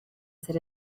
said